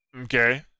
Okay